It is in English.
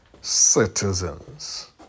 citizens